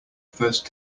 first